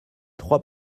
trois